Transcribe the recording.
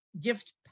gift